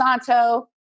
Santo